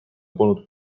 polnud